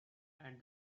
and